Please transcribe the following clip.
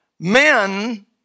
Men